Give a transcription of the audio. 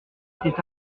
était